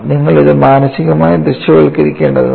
നിങ്ങൾ ഇത് മാനസികമായി ദൃശ്യവൽക്കരിക്കേണ്ടതുണ്ട്